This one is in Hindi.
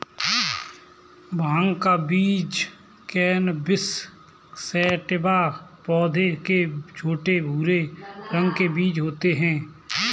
भाँग का बीज कैनबिस सैटिवा पौधे के छोटे, भूरे रंग के बीज होते है